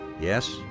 Yes